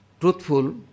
truthful